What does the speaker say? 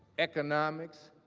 economics,